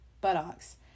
buttocks